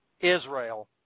Israel